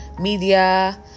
media